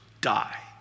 die